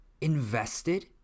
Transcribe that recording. invested